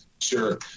Sure